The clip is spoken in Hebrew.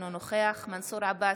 אינו נוכח מנסור עבאס,